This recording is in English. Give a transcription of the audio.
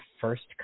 first